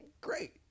Great